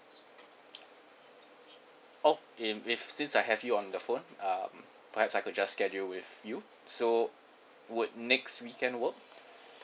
oh if if since I have you on the phone um perhaps I could just schedule with you so would next weekend work